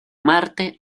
marte